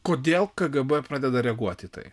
kodėl kgb pradeda reaguot į tai